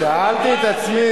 האמת, האמת היא שאלתי את עצמי,